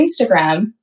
Instagram